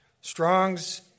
Strongs